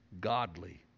godly